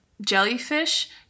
jellyfish